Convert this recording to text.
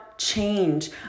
change